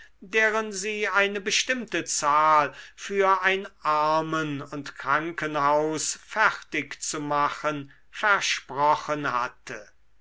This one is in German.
deren sie eine bestimmte zahl für ein armen und krankenhaus fertigzumachen versprochen hatte